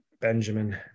Benjamin